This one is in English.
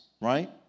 right